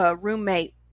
roommate